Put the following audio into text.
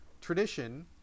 tradition